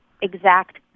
exact